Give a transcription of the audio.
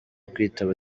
kwitaba